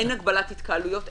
אין הגבלת התקהלויות,